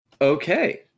okay